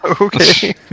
Okay